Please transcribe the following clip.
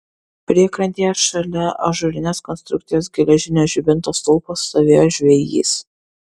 priekrantėje šalia ažūrinės konstrukcijos geležinio žibinto stulpo stovėjo žvejys